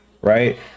right